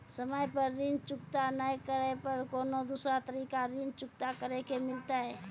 समय पर ऋण चुकता नै करे पर कोनो दूसरा तरीका ऋण चुकता करे के मिलतै?